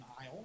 aisle